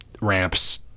ramps